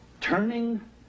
turning